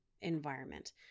environment